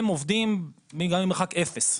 הם עובדים גם ממרחק אפס.